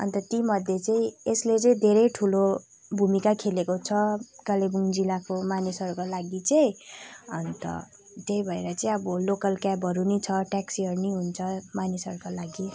अन्त ति मध्ये चाहिँ यसले चाहिँ धेरै ठुलो भूमिका खेलेको छ कालेबुङ जिल्लाको मानिसहरूको लागि चाहिँ अन्त त्यही भएर चाहिँ अब लोकल क्याबहरू नि छ ट्याक्सीहरू नि हुन्छ मानिसहरूको लागि